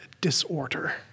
disorder